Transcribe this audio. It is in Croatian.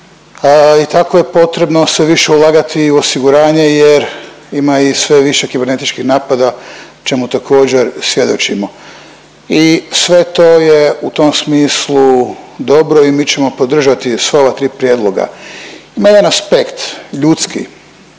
i tako je potrebno sve više ulagati u osiguranje jer ima i sve više kibernetičkih napada, čemu također, svjedočimo i sve to je u tom smislu dobro i mi ćemo podržati sva ova tri prijedloga. Ima jedan aspekt ljudski